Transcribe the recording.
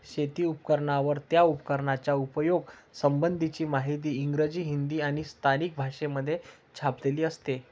शेती उपकरणांवर, त्या उपकरणाच्या उपयोगा संबंधीची माहिती इंग्रजी, हिंदी आणि स्थानिक भाषेमध्ये छापलेली असते